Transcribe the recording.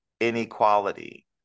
inequality